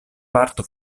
parto